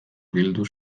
bildu